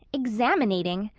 examinating?